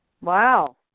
Wow